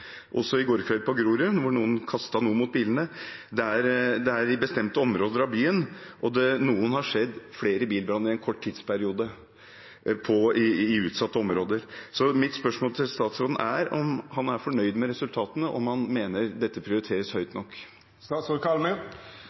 mot bilene. Det er i bestemte områder av byen, og noen har sett flere bilbranner i en kort tidsperiode i utsatte områder. Så mitt spørsmål til statsråden er om han er fornøyd med resultatene, og om han mener dette prioriteres høyt nok.